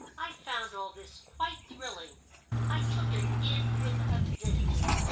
i found all this quite thrilling i took it in with avidity.